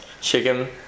chicken